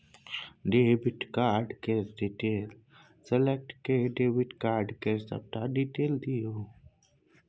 debit card केर detail select कए debit card केर सबटा डिटेल दियौ